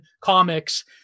comics